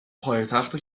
پایتخت